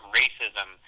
racism